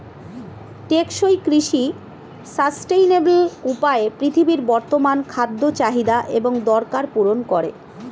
টেকসই কৃষি সাস্টেইনেবল উপায়ে পৃথিবীর বর্তমান খাদ্য চাহিদা এবং দরকার পূরণ করে